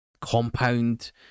compound